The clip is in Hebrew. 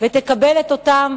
ותקבל את אותן